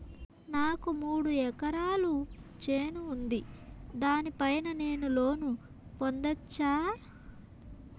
నాకు మూడు ఎకరాలు చేను ఉంది, దాని పైన నేను లోను పొందొచ్చా?